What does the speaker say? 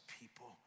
people